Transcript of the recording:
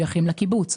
לקיבוץ.